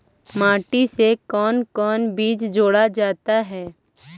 माटी से कौन कौन सा बीज जोड़ा जाता है?